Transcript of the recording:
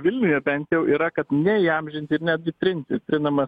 vilniuje bent jau yra kad ne įamžinti ir netgi trinti trinama